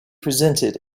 presented